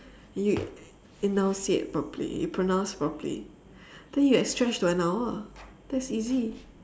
you enunciate properly you pronounce properly then you stretch to an hour that's easy